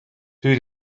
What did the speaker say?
two